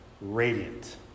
radiant